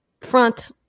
Front